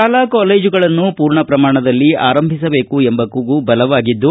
ಶಾಲಾ ಕಾಲೇಜುಗಳನ್ನು ಪೂರ್ಣ ಶ್ರಮಾಣದಲ್ಲಿ ಆರಂಭಿಸಬೇಕೆಂಬ ಕೂಗು ಬಲವಾಗಿದ್ದು